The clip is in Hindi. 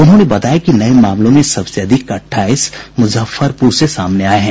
उन्होंने बताया कि नये मामलों में सबसे अधिक अट्ठाईस मुजफ्फरपुर से सामने आये हैं